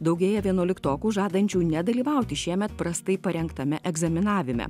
daugėja vienuoliktokų žadančių nedalyvauti šiemet prastai parengtame egzaminavime